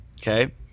okay